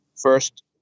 first